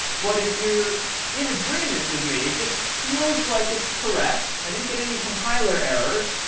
but if you're in agreement with me, this feels like it's correct. i didn't get any compiler errors.